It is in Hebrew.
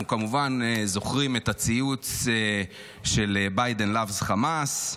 אנחנו כמובן זוכרים את הציוץ של ביידן loves חמאס,